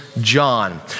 John